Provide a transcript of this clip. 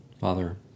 father